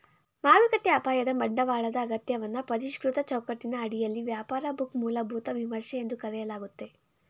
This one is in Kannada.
ಮಾರುಕಟ್ಟೆ ಅಪಾಯದ ಬಂಡವಾಳದ ಅಗತ್ಯವನ್ನ ಪರಿಷ್ಕೃತ ಚೌಕಟ್ಟಿನ ಅಡಿಯಲ್ಲಿ ವ್ಯಾಪಾರ ಬುಕ್ ಮೂಲಭೂತ ವಿಮರ್ಶೆ ಎಂದು ಕರೆಯಲಾಗುತ್ತೆ